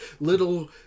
little